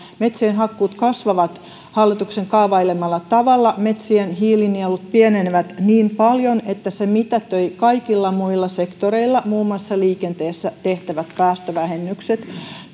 metsien hakkuut kasvavat hallituksen kaavailemalla tavalla metsien hiilinielut pienenevät niin paljon että se mitätöi kaikilla muilla sektoreilla muun muassa liikenteessä tehtävät päästövähennykset